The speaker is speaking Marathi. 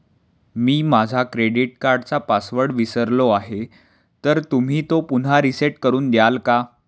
मी माझा क्रेडिट कार्डचा पासवर्ड विसरलो आहे तर तुम्ही तो पुन्हा रीसेट करून द्याल का?